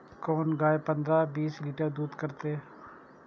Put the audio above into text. कोन गाय पंद्रह से बीस लीटर दूध करते?